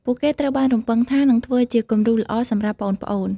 ពួកគេត្រូវបានរំពឹងថា នឹងធ្វើជាគំរូល្អសម្រាប់ប្អូនៗ។